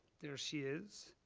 there she is.